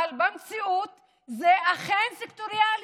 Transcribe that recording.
אבל במציאות זה אכן סקטוריאלי.